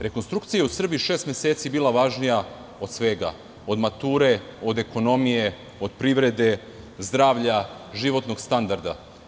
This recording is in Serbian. Rekonstrukcija u Srbiji je šest meseci bila važnija od svega, od mature, od ekonomije, od privrede, zdravlja, životnog standarda.